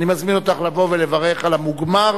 אני מזמין אותך לבוא ולברך על המוגמר,